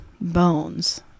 bones